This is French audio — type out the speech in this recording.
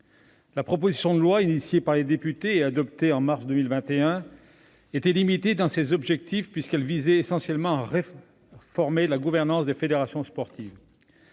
La proposition de loi, examinée par les députés et adoptée au mois de mars 2021, était limitée dans ses objectifs, puisqu'elle visait essentiellement à réformer la gouvernance des fédérations sportives.